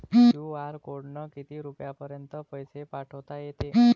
QR कोडनं किती रुपयापर्यंत पैसे पाठोता येते?